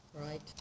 Right